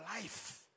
life